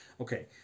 Okay